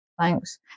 thanks